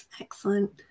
Excellent